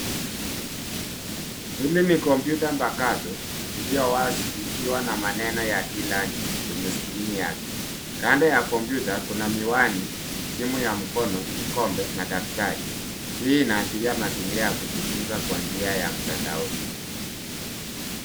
Hili ni kompyuta mpakato iliyo wazi ikiwa na maneno ya e-learning kwenye skrini yake, kando ya kompyuta kuna miwani, simu ya mkono, kikombe na daftari hii inaashiria mazingira ya kujifunza kwa njia ya mtandaoni.